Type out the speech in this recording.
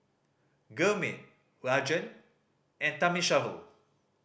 Gurmeet Rajan and Thamizhavel